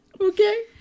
Okay